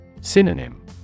Synonym